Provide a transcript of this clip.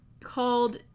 called